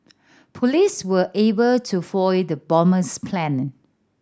police were able to foil the bomber's plan